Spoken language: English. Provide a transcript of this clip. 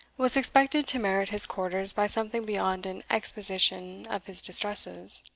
was expected to merit his quarters by something beyond an exposition of his distresses.